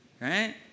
Right